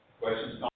Questions